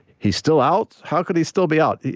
he's still out? how could he still be out?